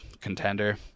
contender